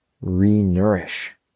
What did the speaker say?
re-nourish